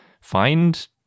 find